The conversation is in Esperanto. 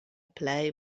plej